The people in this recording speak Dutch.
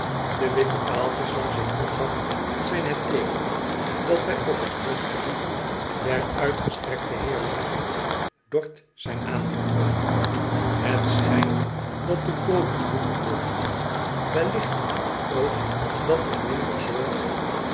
de witte paaltjes langs het voetpad zijn het teeken dat wij op het grondgebied der uitgestrekte heerlijkheid d o r t h zijn aangekomen het schijnt dat de bodem ruwer wordt welligt ook dat er minder zorg